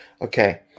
Okay